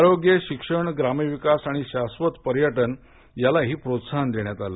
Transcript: आरोग्य शिक्षण ग्रामीण विकास आणि शाबत पर्यटन यालाही प्रोत्साहन देण्यात आलं